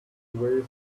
away